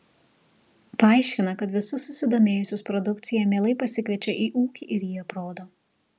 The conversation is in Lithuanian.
paaiškina kad visus susidomėjusius produkcija mielai pasikviečia į ūkį ir jį aprodo